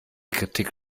kritik